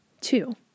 Two